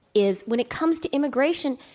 is when it comes to immigration,